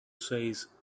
says